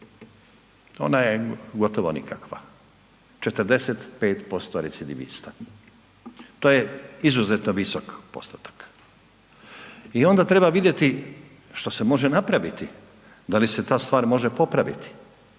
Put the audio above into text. ona je gotovo nikakva, 45% recidivista, to je izuzetno visok postotak. I onda treba vidjeti što se može napraviti da li se ta stvar može popraviti,